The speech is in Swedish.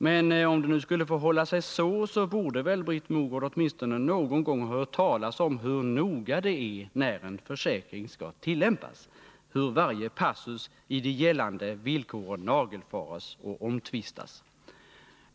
Men om det nu skulle förhålla sig så, borde väl Britt Mogård åtminstone någon gång ha hört talas om hur noga det är när en försäkring skall tillämpas, hur varje passus i de gällande villkoren nagelfars och omtvistas.